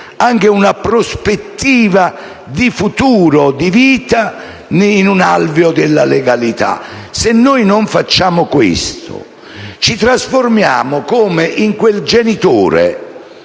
anche una prospettiva di futuro e di vita, in un alveo della legalità. Se non facciamo questo, ci trasformiamo in quel genitore